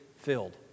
filled